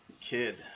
kid